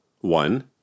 One